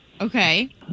Okay